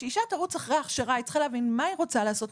על מנת שאשה תרוץ אחרי הכשרה היא צריכה להבין מה היא רוצה לעשות,